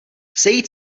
sejít